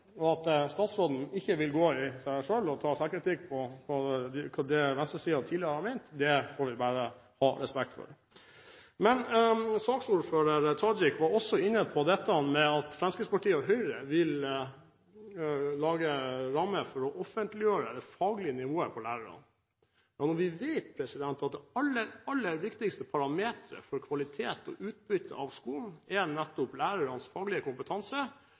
det som venstresiden tidligere har ment, får vi bare ha respekt for. Saksordfører Tajik var også inne på at Fremskrittspartiet og Høyre vil lage en ramme for å offentliggjøre det faglige nivået på lærerne. Når vi vet at det aller viktigste parameteret for kvalitet og utbytte av skolen er nettopp lærernes faglige kompetanse,